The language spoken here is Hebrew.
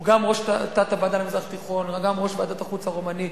הוא גם ראש תת-הוועדה למזרח התיכון וגם ראש ועדת החוץ הרומני.